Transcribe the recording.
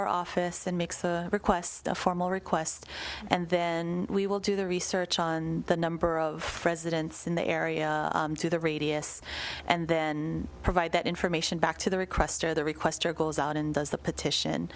our office and makes a request a formal request and then we will do the research on the number of presidents in the area to the radius and then provide that information back to the requester the requester goes out and does the petition